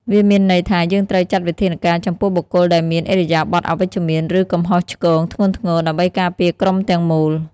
វាមានន័យថា យើងត្រូវចាត់វិធានការចំពោះបុគ្គលដែលមានឥរិយាបថអវិជ្ជមាន ឬកំហុសឆ្គងធ្ងន់ធ្ងរ ដើម្បីការពារក្រុមទាំងមូល។